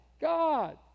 God